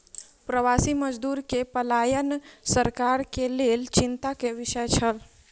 प्रवासी मजदूर के पलायन सरकार के लेल चिंता के विषय छल